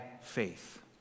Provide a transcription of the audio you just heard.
faith